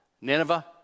Nineveh